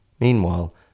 Meanwhile